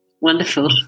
Wonderful